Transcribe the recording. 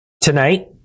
tonight